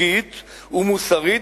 חוקית ומוסרית,